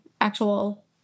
actual